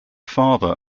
father